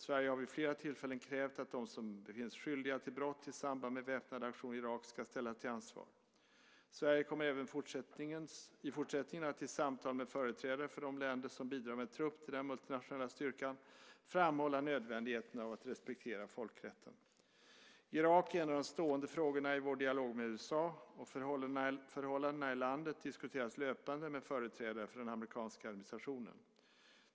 Sverige har vid flera tillfällen krävt att de som befinns skyldiga till brott i samband med väpnade aktioner i Irak ska ställas till ansvar. Sverige kommer även i fortsättningen att i samtal med företrädare för de länder som bidrar med trupp till den multinationella styrkan framhålla nödvändigheten av att respektera folkrätten. Irak är en av de stående frågorna i vår dialog med USA, och förhållandena i landet diskuteras löpande med företrädare för den amerikanska administrationen.